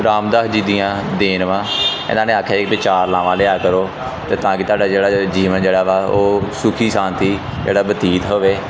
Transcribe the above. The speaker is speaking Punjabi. ਰਾਮਦਾਸ ਜੀ ਦੀਆਂ ਦੇਣ ਵਾਂ ਇਹਨਾਂ ਨੇ ਆਖਿਆ ਸੀ ਵੀ ਚਾਰ ਲਾਵਾਂ ਲਿਆ ਕਰੋ ਅਤੇ ਤਾਂ ਕਿ ਤੁਹਾਡਾ ਜਿਹੜਾ ਜੀਵਨ ਜਿਹੜਾ ਵਾ ਉਹ ਸੁਖੀ ਸ਼ਾਂਤੀ ਜਿਹੜਾ ਬਤੀਤ ਹੋਵੇ